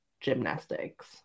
gymnastics